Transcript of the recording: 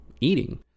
eating